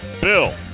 Bill